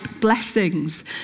blessings